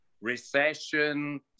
recession